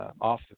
off